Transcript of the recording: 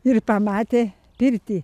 ir pamatė pirtį